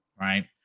right